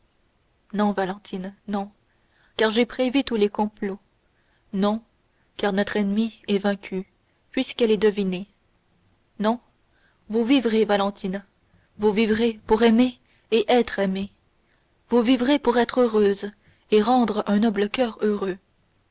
non valentine non car j'ai prévu tous les complots non car notre ennemie est vaincue puisqu'elle est devinée non vous vivrez valentine vous vivrez pour aimer et être aimée vous vivrez pour être heureuse et rendre un noble coeur heureux